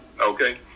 okay